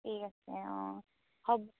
ঠিক আছে অঁ হ'ব